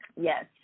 Yes